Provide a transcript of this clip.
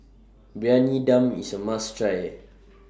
Briyani Dum IS A must Try